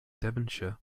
devonshire